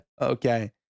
Okay